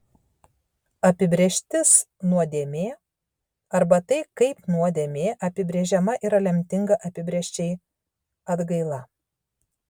apibrėžtis nuodėmė arba tai kaip nuodėmė apibrėžiama yra lemtinga apibrėžčiai atgaila